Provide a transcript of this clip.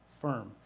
firm